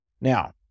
Now